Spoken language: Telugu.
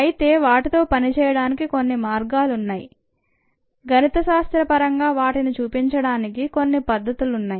అయితే వాటితో పనిచేయడానికి కొన్ని మార్గాలు న్నాయి గణిత శాస్త్ర పరంగా వాటిని చూపిండానికి కొన్ని పద్ధతులున్నాయి